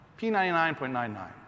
P99.99